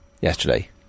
yesterday